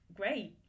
great